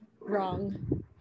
wrong